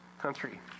country